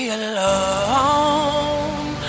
alone